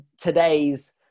today's